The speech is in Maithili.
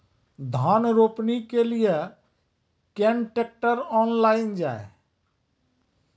धान रोपनी के लिए केन ट्रैक्टर ऑनलाइन जाए?